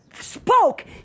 spoke